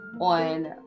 on